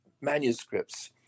manuscripts